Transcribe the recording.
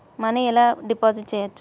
Money ఎలా deposit చేయచ్చు?